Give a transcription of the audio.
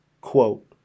quote